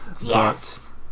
Yes